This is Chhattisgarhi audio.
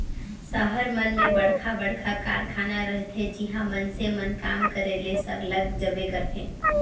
सहर मन में बड़खा बड़खा कारखाना रहथे जिहां मइनसे मन काम करे ले सरलग जाबे करथे